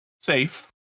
Safe